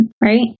right